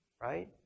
right